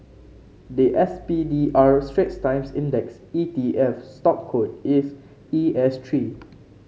the S P D R Straits Times Index E T F stock code is E S three